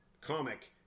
comic